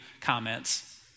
comments